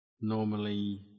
Normally